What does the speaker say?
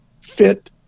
fit